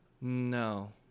no